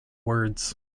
words